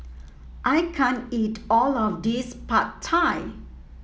I can't eat all of this Pad Thai